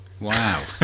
Wow